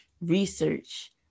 research